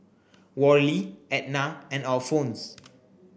Worley Ednah and Alphonse